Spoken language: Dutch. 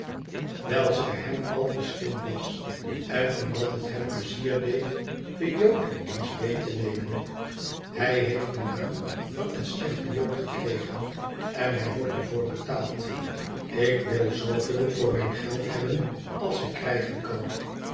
wijl zij hem al te slim was en omdat het hem pleizier deed den jood eens beet te nemen i hij heeft den naam van een slechten jood gekregen en hij wordt er voor betaald ik wil zooveel voor mijn geld hebben als ik krijgen kan